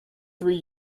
three